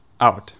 Out